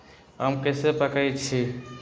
आम कईसे पकईछी?